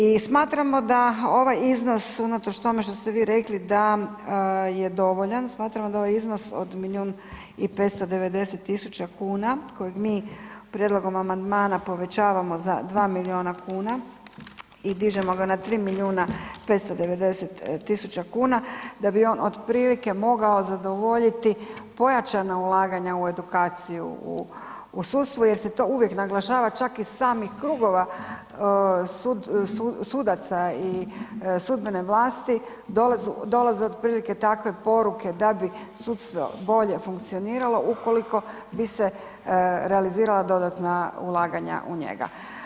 I smatramo da ovaj iznos unatoč tome što ste vi rekli da je dovoljan, smatramo da ovaj iznos od milijun i 590 tisuća kuna kojeg mi prijedlogom amandmana povećavamo za 2 milijuna kuna i dižemo ga na tri milijuna 590 tisuća kuna da bi on otprilike mogao zadovoljiti pojačana ulaganja u edukaciju u sudstvu jer se to uvijek naglašava čak i iz samih krugova sudaca i sudbene vlasti dolaze otprilike takve poruke da bi sudstvo bolje funkcioniralo ukoliko bi se realizirala dodatna ulaganja u njega.